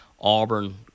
Auburn